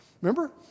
Remember